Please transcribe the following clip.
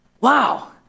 wow